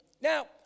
Now